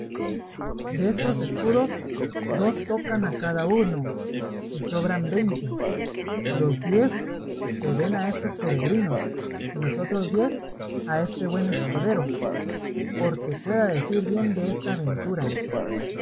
destos escudos dos tocan a cada uno y sobran veinte los diez se den a estos peregrinos y los otros diez a este buen escudero porque pueda decir bien de esta aventura